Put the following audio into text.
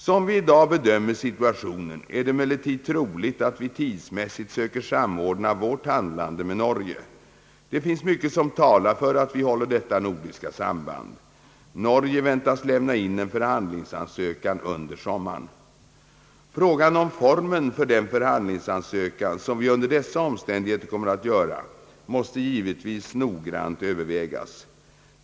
Som vi i dag bedömer situationen är det emellertid troligt att vi tidsmässigt söker samordna vårt handlande med Norge. Det finns mycket som talar för att vi håller detta nordiska samband. Norge väntas lämna in en förhandlingsansökan under sommaren. Frågan om formen för den förhandlingsansökan som vi under dessa omständigheter kommer att göra måste givetvis noggrant övervägas.